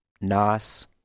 Nas